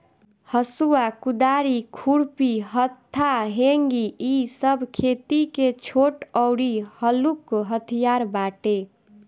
हसुआ, कुदारी, खुरपी, हत्था, हेंगी इ सब खेती के छोट अउरी हलुक हथियार बाटे